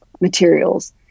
materials